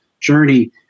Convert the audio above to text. journey